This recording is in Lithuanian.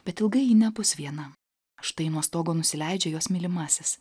bet ilgai ji nebus viena štai nuo stogo nusileidžia jos mylimasis